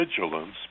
vigilance